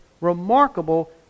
remarkable